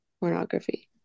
pornography